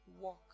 walk